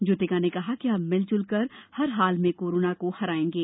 ज्योतिका ने कहा कि हम मिलज्ल कर हर हाल में कोरोना को हरायेंगे